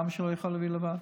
למה שהוא לא יוכל להביא לבד?